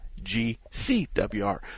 GCWR